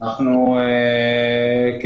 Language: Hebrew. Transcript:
כן.